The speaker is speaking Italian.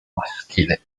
maschile